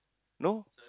no